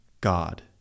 God